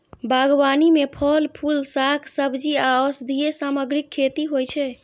बागबानी मे फल, फूल, शाक, सब्जी आ औषधीय सामग्रीक खेती होइ छै